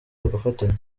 bagafatanya